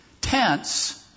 tents